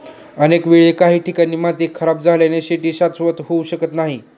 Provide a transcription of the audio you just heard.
अनेक वेळा काही ठिकाणी माती खराब झाल्याने शेती शाश्वत होऊ शकत नाही